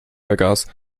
vergaß